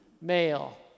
male